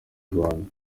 rwanda